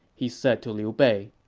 he said to liu bei